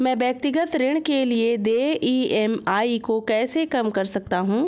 मैं व्यक्तिगत ऋण के लिए देय ई.एम.आई को कैसे कम कर सकता हूँ?